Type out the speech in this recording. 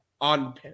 on